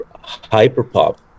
hyper-pop